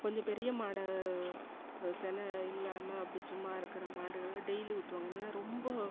கொஞ்சம் பெரிய மாடை சின இல்லாமல் அப்படி சும்மா இருக்கிற மாடுகளை டெய்லி ஊற்றுவாங்க என்னென்னா ரொம்ப